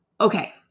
Okay